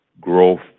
growth